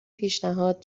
پیشنهاد